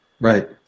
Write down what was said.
Right